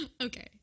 Okay